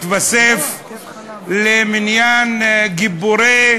בקריאה ראשונה, התווספה למניין גיבורי